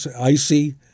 Icy